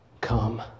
come